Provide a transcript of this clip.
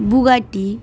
Bugatti